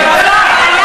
בושה וכלימה,